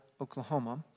Oklahoma